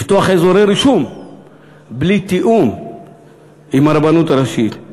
לפתוח אזורי רישום בלי תיאום עם הרבנות הראשית,